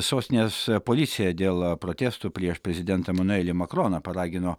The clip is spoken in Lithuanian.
sostinės policija dėl protestų prieš prezidentą emanuelį makroną paragino